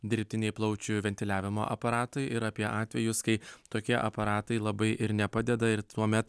dirbtiniai plaučių ventiliavimo aparatai ir apie atvejus kai tokie aparatai labai ir nepadeda ir tuomet